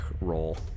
roll